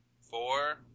four